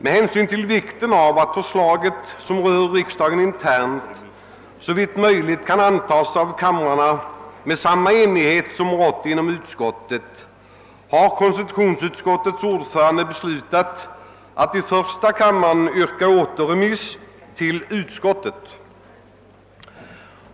Med hänsyn till vikten av att förslaget, som rör riksdagen internt, såvitt möjligt kan antas av kamrarna med samma enighet som rått inom utskottet, har konstitutionsutskottets ordförande beslutat att i första kammaren yrka återremiss till utskottet.